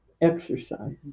exercise